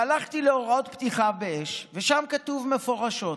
הלכתי להוראות פתיחה באש, ושם כתוב מפורשות: